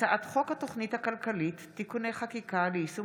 הצעת חוק התוכנית הכלכלית (תיקוני חקיקה ליישום